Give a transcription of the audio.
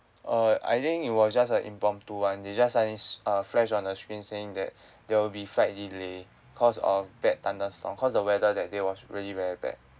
uh I think it was just a impromptu [one] they just a flash on the screen saying that there will be flight delay because of bad thunderstorm because the weather that day was really very bad